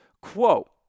quote